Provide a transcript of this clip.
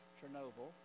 Chernobyl